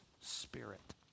spirit